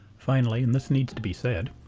finally, and this needs to be said,